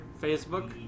Facebook